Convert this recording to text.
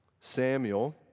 Samuel